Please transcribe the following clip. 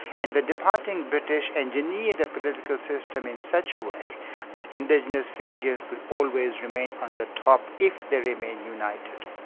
and the departing british engineered a political system in such a way that indigenous fijians could always remain on the top, if they remained united.